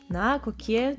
na kokie